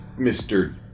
Mr